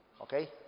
Okay